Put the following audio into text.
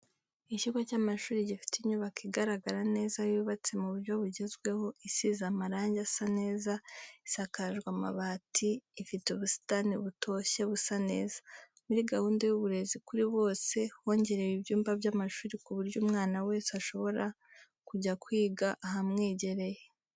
Ikigo cy'amashuri gifite inyubako igaragara neza yubatse mu buryo bugezweho isize amarange asa neza isakajwe amabati, ifite ubusitani butoshye busa neza. Muri gahunda y'uburezi kuri bose hongerewe ibyumba by'amashuri ku buryo umwana wese ashobora kujya kwiga ahamwegereye.